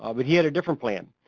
ah but he had a different plan.